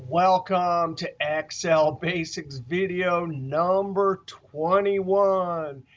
welcome to excel basics video number twenty one.